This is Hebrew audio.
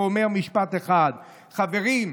ואומר רק משפט אחד: חברים,